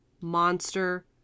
monster